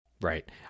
Right